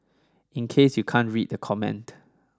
in case you can't read the comment